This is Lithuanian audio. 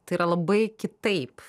tai yra labai kitaip